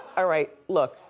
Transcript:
ah right look,